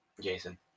Jason